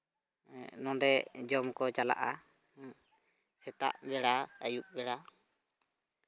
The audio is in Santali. ᱱᱚᱸᱰᱮ ᱡᱚᱢ ᱠᱚ ᱪᱟᱞᱟᱜᱼᱟ ᱥᱮᱛᱟᱜ ᱵᱮᱲᱟ ᱟᱹᱭᱩᱵ ᱵᱮᱲᱟ